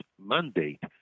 mandate